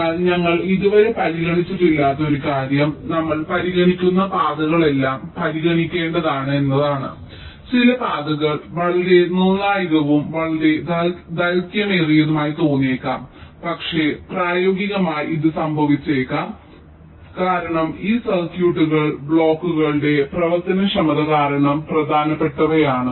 എന്നാൽ ഞങ്ങൾ ഇതുവരെ പരിഗണിച്ചിട്ടില്ലാത്ത ഒരു കാര്യം നമ്മൾ പരിഗണിക്കുന്ന പാതകളെല്ലാം പരിഗണിക്കേണ്ടതാണ് എന്നതാണ് ചില പാതകൾ വളരെ നിർണായകവും വളരെ ദൈർഘ്യമേറിയതുമായി തോന്നിയേക്കാം പക്ഷേ പ്രായോഗികമായി ഇത് സംഭവിച്ചേക്കാം കാരണം ഈ സർക്യൂട്ടുകൾ ബ്ലോക്കുകളുടെ പ്രവർത്തനക്ഷമത കാരണം പ്രധാനപ്പെട്ടവയാണ്